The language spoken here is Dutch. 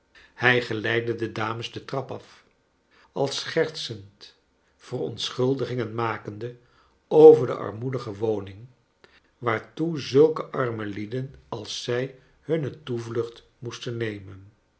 hij geleidde de dames de trap af al schertsend verontschuldigingen makende over de armoedige woning waartoe zulke arme lieden als zij hunne toevlucht moesten nemen